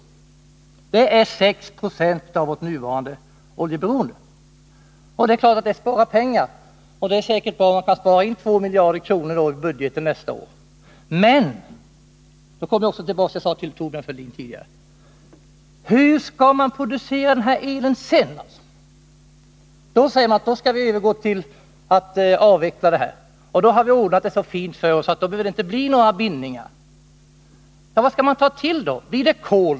Det är 6 20 av vårt nuvarande oljeberoende. Det är klart att man på det här sättet kan spara pengar, och det är säkert bra om man kan spara in 2 milj.kr. i budgeten nästa år. Men, och därmed återkommer jag till vad jag sade till Thorbjörn Fälldin tidigare, hur skall man producera elströmmen sedan? Man säger ju att kärnkraften skall avvecklas och att man ordnat det så fint för sig att det inte behöver bli några bindningar. Vad skall man ta till? Blir det kol?